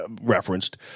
Referenced